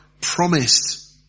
promised